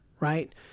Right